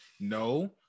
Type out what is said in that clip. No